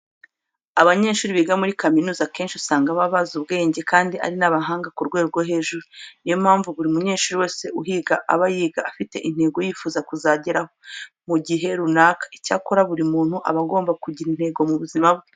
Abanyeshuri biga muri kaminuza akenshi usanga baba bazi ubwenge kandi ari n'abahanga ku rwego rwo hejuru. Ni yo mpamvu buri munyeshuri wese uhiga aba yiga afite intego yifuza kuzageraho mu gihe runaka. Icyakora buri muntu aba agomba kugira intego mu buzima bwe.